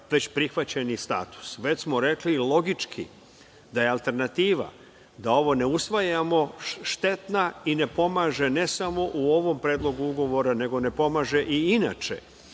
već prihvaćeni status. Već smo rekli, logički da je alternativa da ovo ne usvajamo štetna, i ne pomaže ne samo u ovom predlogu ugovora, nego ne pomaže ni inače.